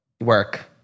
Work